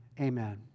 amen